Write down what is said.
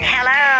Hello